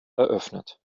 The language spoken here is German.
eröffnet